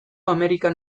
amerikan